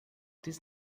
this